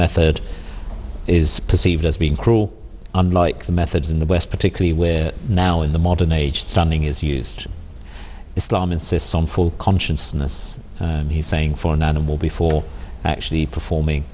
method is perceived as being cruel unlike the methods in the west particularly when now in the modern age stunning is used islam insists on full consciousness he's saying for an animal before actually performing